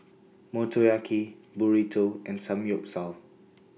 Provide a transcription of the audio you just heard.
Motoyaki Burrito and Samgeyopsal